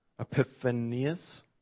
Epiphanius